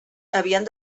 havien